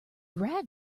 rag